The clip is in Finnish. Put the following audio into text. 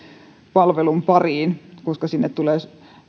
palvelun pariin koska sinne tulee